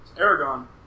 Aragon